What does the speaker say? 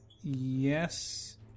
Yes